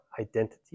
identity